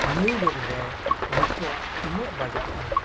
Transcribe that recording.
New York ᱨᱮ ᱱᱤᱛᱚᱜ ᱛᱤᱱᱟᱹᱜ ᱵᱟᱡᱟᱜ ᱠᱟᱱᱟ